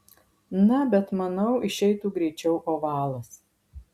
na bet manau išeitų greičiau ovalas